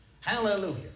hallelujah